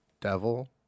devil